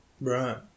Right